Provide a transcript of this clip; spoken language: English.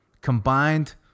combined